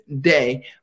day